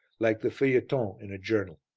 like the feuilleton in a journal.